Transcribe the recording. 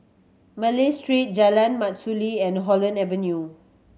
Malay Street Jalan Mastuli and Holland Avenue